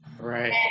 right